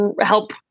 help